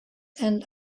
and